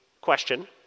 question